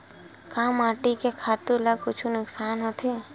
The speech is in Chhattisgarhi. का माटी से खातु ला कुछु नुकसान होथे?